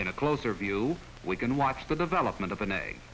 in a closer view we can watch the development of an egg